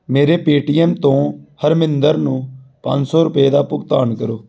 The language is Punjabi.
ਮੇਰੇ ਪੇਟੀਐੱਮ ਤੋਂ ਹਰਮਿੰਦਰ ਨੂੰ ਪੰਜ ਸੌ ਰੁਪਏ ਦਾ ਭੁਗਤਾਨ ਕਰੋ